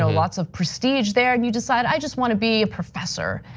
so lots of prestige there and you decide i just wanna be a professor,